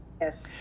Yes